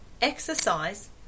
Exercise